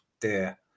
dear